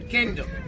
Kingdom